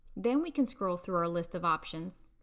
then we can scroll through our list of options.